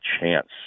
chance